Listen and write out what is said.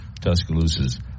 Tuscaloosa's